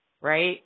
right